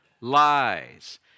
lies